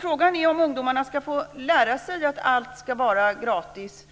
Frågan är om ungdomarna ska få lära sig att allt ska vara gratis